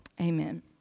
Amen